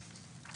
2021,